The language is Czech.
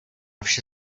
vše